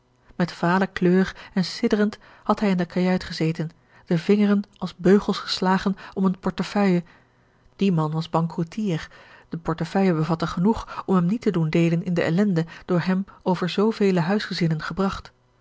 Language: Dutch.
met vale kleur en sidderend had hij in de kajuit gezeten de vingeren als beugels geslagen om eene portefeuille die man was bankroetier de portefeuille bevatte genoeg om hem niet george een ongeluksvogel te doen deelen in de ellende door hem over zoovele huisgezinnen gebragt